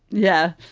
yeah,